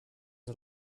are